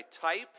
type